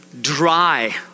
dry